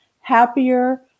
happier